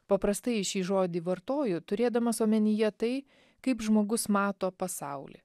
paprastai šį žodį vartoju turėdamas omenyje tai kaip žmogus mato pasaulį